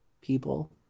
people